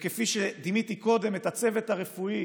וכפי שדימיתי קודם, הצוות הרפואי